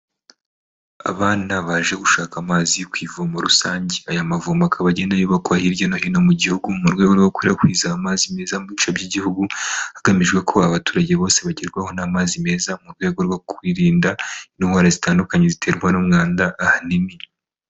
Abana baje gushaka amazi ku ivomo rusange. Aya mavomo akaba agenda yubakwa hirya no hino mu Gihugu, mu rwego rwo gukwirakwiza amazi meza mu bice by'Igihugu, hagamijwe ko abaturage bose bagerwaho n'amazi meza, mu rwego rwo kwirinda indwara zitandukanye ziterwa n'umwanda ahanini.